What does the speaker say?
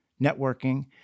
networking